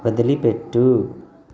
వదిలిపెట్టు